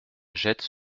jette